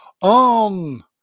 On